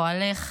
פועלך,